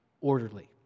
orderly